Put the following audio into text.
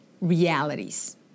realities